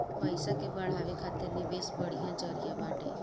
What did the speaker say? पईसा के बढ़ावे खातिर निवेश बढ़िया जरिया बाटे